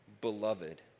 beloved